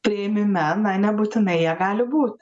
priėmime na nebūtinai jie gali būti